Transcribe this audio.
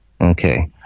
Okay